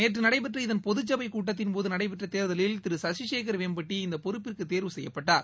நேற்று நடைபெற்ற இதன் பொதுச்சபைக் கூட்டத்தின் போது நடைபெற்ற தேர்தலில் திரு சசிசேகர் வேம்பட்டி இந்த பொறுப்பிற்கு தேர்வு செய்யப்பட்டார்